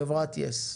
חברת יס,